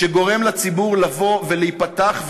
שגורם לציבור לבוא ולהיפתח,